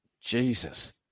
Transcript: Jesus